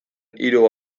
hiru